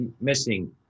missing